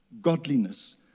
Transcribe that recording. Godliness